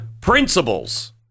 principles